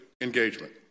engagement